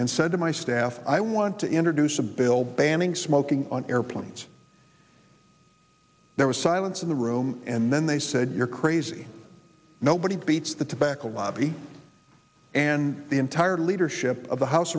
and said to my staff i want to introduce a bill banning smoking on airplanes there was silence in the room and then they said you're crazy nobody beats the tobacco lobby and the entire leadership of the house